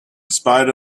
spite